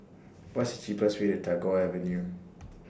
What IS The cheapest Way to Tagore Avenue